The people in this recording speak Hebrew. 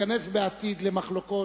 בעתיד למחלוקות.